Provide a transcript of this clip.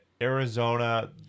Arizona